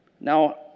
Now